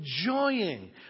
enjoying